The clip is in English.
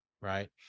right